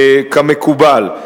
כמקובל.